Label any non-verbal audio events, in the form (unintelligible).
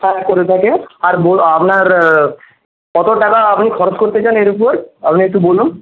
হ্যাঁ করে থাকে আর (unintelligible) আপনার কত টাকা আপনি খরচ করতে চান এর উপর আপনি একটু বলুন